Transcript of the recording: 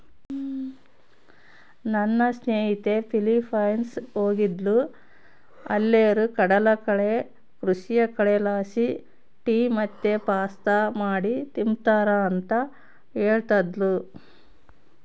ನನ್ನ ಸ್ನೇಹಿತೆ ಫಿಲಿಪೈನ್ಸ್ ಹೋಗಿದ್ದ್ಲು ಅಲ್ಲೇರು ಕಡಲಕಳೆ ಕೃಷಿಯ ಕಳೆಲಾಸಿ ಟೀ ಮತ್ತೆ ಪಾಸ್ತಾ ಮಾಡಿ ತಿಂಬ್ತಾರ ಅಂತ ಹೇಳ್ತದ್ಲು